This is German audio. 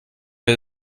der